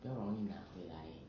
比较容易拿回来